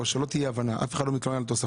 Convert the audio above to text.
שלא תהיה פה אי הבנה, אף אחד לא מתלונן על תוספות,